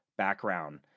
background